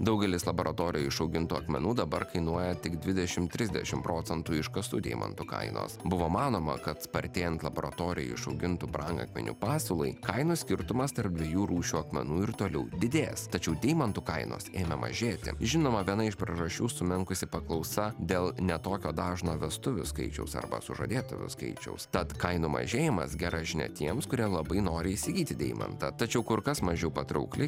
daugelis laboratorijoj išaugintų akmenų dabar kainuoja tik dvidešim trisdešim procentų iškastų deimantų kainos buvo manoma kad spartėjant laboratorijoj išaugintų brangakmenių pasiūlai kainų skirtumas tarp dviejų rūšių akmenų ir toliau didės tačiau deimantų kainos ėmė mažėti žinoma viena iš priežasčių sumenkusi paklausa dėl ne tokio dažno vestuvių skaičiaus arba sužadėtuvių skaičiaus tad kainų mažėjimas gera žinia tiems kurie labai nori įsigyti deimantą tačiau kur kas mažiau patraukli